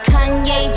Kanye